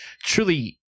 truly